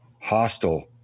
hostile